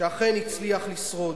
שאכן הצליח לשרוד,